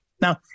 Now